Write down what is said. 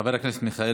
חבר הכנסת מיכאל